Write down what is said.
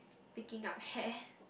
picking up hair